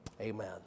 amen